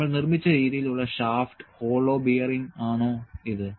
നമ്മൾ നിർമ്മിച്ച രീതിയിൽ ഉള്ള ഷാഫ്റ്റോ ഹോളോ ബെയറിംഗോ ആണോ ഇത്